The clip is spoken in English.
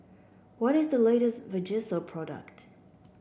what is the latest Vagisil product